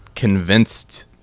convinced